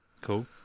Cool